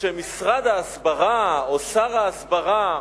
שמשרד ההסברה, או שר ההסברה,